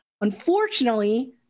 Unfortunately